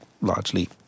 largely